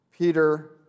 Peter